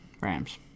Rams